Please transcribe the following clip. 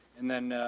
and then, ah,